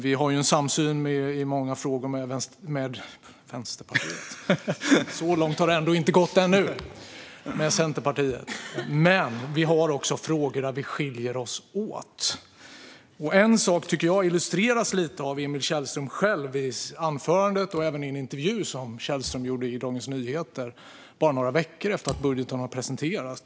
Vi har i många frågor en samsyn med Centerpartiet, men det finns också frågor där vi skiljer oss åt. En sak illustreras lite av Emil Källström själv i anförandet och även i en intervju i Dagens Nyheter bara några veckor efter att budgeten presenterats.